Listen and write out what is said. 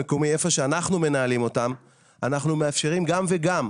אנחנו מאפשרים גם וגם.